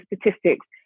statistics